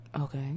Okay